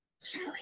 Sorry